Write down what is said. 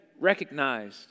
recognized